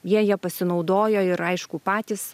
jie ja pasinaudojo ir aišku patys